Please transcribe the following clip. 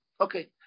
Okay